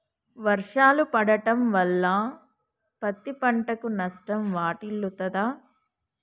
వర్షాలు పడటం వల్ల పత్తి పంటకు నష్టం వాటిల్లుతదా?